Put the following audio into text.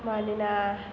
मानोना